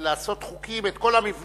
ולעשות חוקיים את כל המבנים,